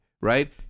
right